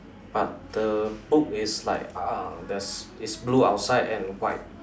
but the book is like ah there's it's blue outside and white